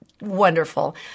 wonderful